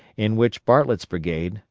in which bartlett's brigade,